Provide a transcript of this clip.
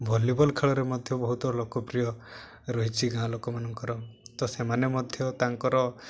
volleyball ଖେଳରେ ମଧ୍ୟ ବହୁତ ଲୋକପ୍ରିୟ ରହିଛି ଗାଁ ଲୋକମାନଙ୍କର ତ ସେମାନେ ମଧ୍ୟ ତାଙ୍କର